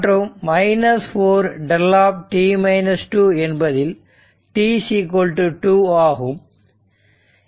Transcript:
மற்றும் 4 δ என்பதில் t2 ஆகும்